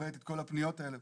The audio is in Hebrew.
מקבלת את כל הפניות האלה